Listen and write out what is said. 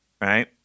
right